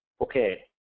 Okay